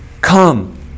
come